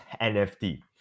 NFT